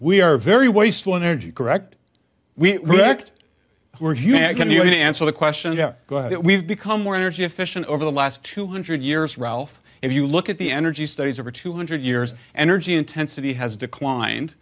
we are very wasteful in energy correct we react who are you how can you answer the question that we've become more energy efficient over the last two hundred years ralph if you look at the energy studies over two hundred years energy intensity has declined